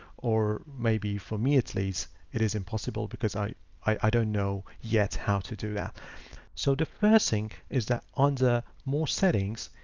or maybe for me at least, it is impossible because i i don't know yet how to do yeah so the first thing is that under more settings,